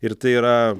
ir tai yra